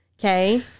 Okay